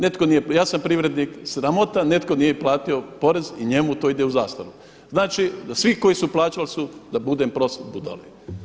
Netko nije, ja sam privrednik, sramota netko nije platio porez i njemu to ide u zastaru, znači svi koji su plaćali su da budem prost budale.